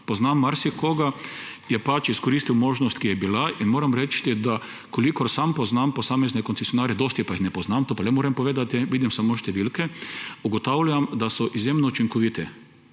Poznam marsikoga, je pač izkoristil možnost, ki je bila, in moram reči, da kolikor sam poznam posamezne koncesionarje, dosti pa jih ne poznam, to pa le moram povedati, vidim samo številke, ugotavljam, da so izjemno učinkoviti,